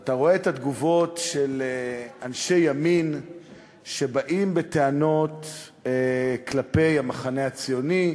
ואתה רואה את התגובות של אנשי ימין שבאים בטענות כלפי המחנה הציוני,